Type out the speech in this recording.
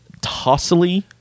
tossily